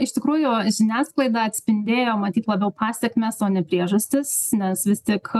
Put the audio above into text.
iš tikrųjų žiniasklaida atspindėjo matyt labiau pasekmes o ne priežastis nes vis tik